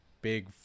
big